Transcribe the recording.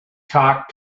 talk